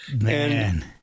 man